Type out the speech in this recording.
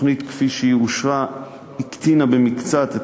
התוכנית כפי שהיא אושרה הקטינה במקצת את